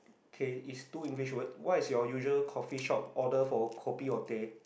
okay is two English words what is your usual coffee shop order for kopi or teh